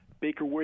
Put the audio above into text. Baker